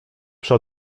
przy